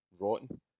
Rotten